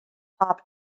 top